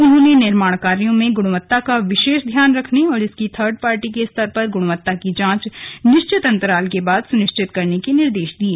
उन्होंने निर्माण कार्यों में गुणवत्ता का विशेष ध्यान रखने और इसकी थर्ड पार्टी के स्तर पर गुणवत्ता की जांच निश्चित अन्तराल के बाद सुनिश्चित करने के निर्देश दिये